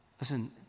Listen